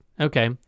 Okay